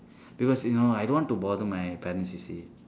because you know I don't want to bother my parents you see